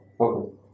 Okay